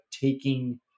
taking